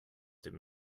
dem